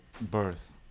birth